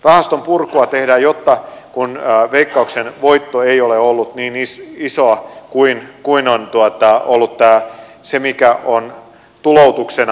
rahaston purkua tehdään kun veikkauksen voitto ei ole ollut niin isoa kuin on ollut se mikä on tuloutuksena päätetty